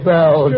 Bell